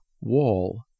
wall